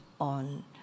on